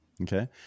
Okay